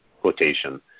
quotation